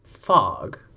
Fog